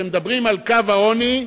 כשמדברים על קו העוני,